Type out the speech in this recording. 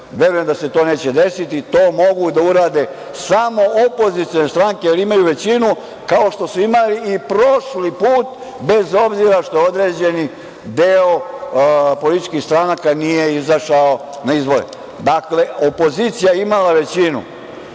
verujem da se to neće desiti, to mogu da urade samo opozicione stranke, jer imaju većinu, kao što su imale i prošli put, bez obzira što određeni deo političkih stranaka nije izašao na izbore. Dakle, opozicija je imala većinu